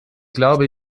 glaube